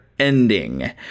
Ending